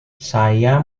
saya